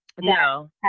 no